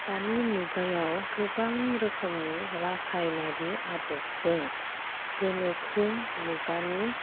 दानि मुगायाव गोबां रोखोमनि रासायनारि आदबजों गोनोखो मुगानि